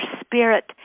spirit